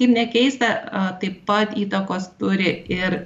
kaip ne keista taip pat įtakos turi ir